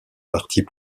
parties